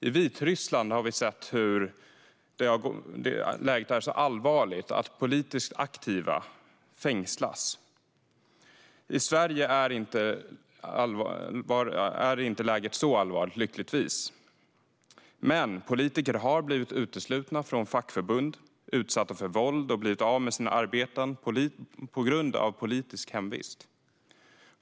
I Vitryssland är läget så allvarligt att politiskt aktiva fängslas. I Sverige är läget lyckligtvis inte så allvarligt, men politiker har blivit uteslutna från fackförbund, utsatts för våld och blivit av med sina arbeten på grund av politisk hemvist.